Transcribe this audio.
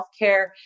healthcare